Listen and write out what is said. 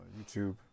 YouTube